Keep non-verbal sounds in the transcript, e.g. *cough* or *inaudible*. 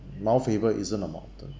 mount faber isn't a mountain *laughs*